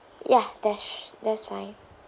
ya that sh~ that's fine